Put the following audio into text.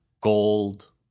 Gold